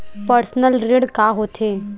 Personal ऋण का होथे?